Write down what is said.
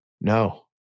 No